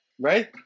Right